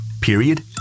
Period